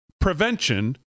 prevention